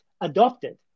adopted